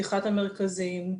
פתיחת המרכזים,